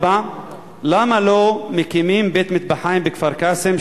4. למה לא מקימים בית-מטבחיים בכפר-קאסם,